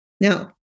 Now